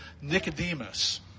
Nicodemus